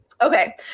Okay